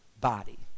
body